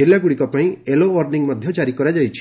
ଜିଲ୍ଲାଗୁଡିକ ପାଇଁ ୟେଲୋ ଓାର୍ଷି ଜାରି କରାଯାଇଛି